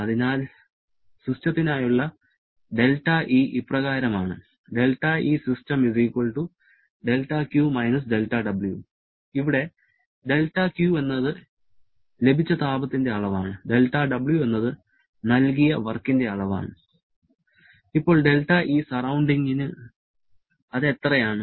അതിനാൽ സിസ്റ്റത്തിനായുള്ള δE ഇപ്രകാരമാണ് ഇവിടെ δQ എന്നത് ലഭിച്ച താപത്തിന്റെ അളവാണ് δW എന്നത് നൽകിയ വർക്കിന്റെ അളവാണ് ഇപ്പോൾ δE സറൌണ്ടിങ്ങിനു അത് എത്രയാണ്